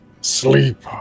Sleep